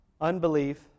Unbelief